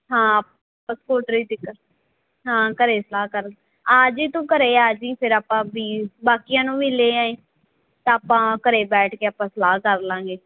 ਹਾਂ ਹਾਂ ਘਰ ਸਲਾਹ ਕਰ ਆਜੀ ਤੂੰ ਘਰ ਆਜੀ ਫਿਰ ਆਪਾਂ ਵੀ ਬਾਕੀਆਂ ਨੂੰ ਵੀ ਲੈ ਆਈਂ ਤਾਂ ਆਪਾਂ ਘਰੇ ਬੈਠ ਕੇ ਆਪਾਂ ਸਲਾਹ ਕਰ ਲਾਂਗੇ